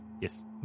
Yes